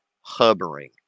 hovering